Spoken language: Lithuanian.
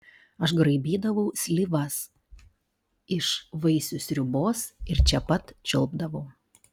aš graibydavau slyvas iš vaisių sriubos ir čia pat čiulpdavau